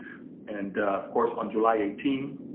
and of course, on july eighteen,